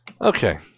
Okay